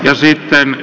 ja siittänyt